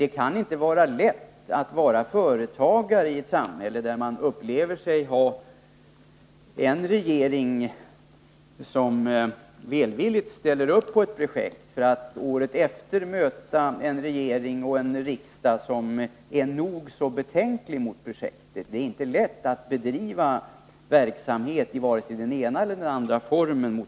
Det kan inte vara lätt att vara företagare i ett samhälle, där man vid en tidpunkt upplever sig ha en regering som välvilligt ställer upp på ett projekt för att året efteråt möta en regering och en riksdag som visar stor betänklighet när det gäller projektet. Då är det inte lätt att bedriva verksamhet av vare sig det ena eller det andra slaget.